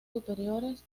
superiores